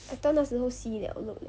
I thought 那时候 see 了 lor